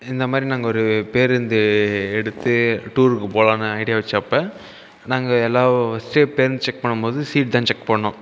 இந்த மாதிரி நாங்கள் ஒரு பேருந்து எடுத்து டூருக்கு போகலான்னு ஐடியா வைச்சப்ப நாங்கள் எல்லாம் சேப் செக் பண்ணும் போது சீட் தான் செக் பண்ணோம்